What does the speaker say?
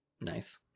Nice